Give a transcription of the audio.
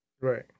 Right